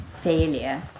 failure